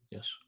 Yes